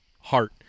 heart